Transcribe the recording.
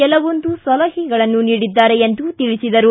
ಕೆಲವೊಂದು ಸಲಹೆಗಳನ್ನು ನೀಡಿದ್ದಾರೆ ಎಂದು ತಿಳಿಸಿದರು